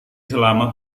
selama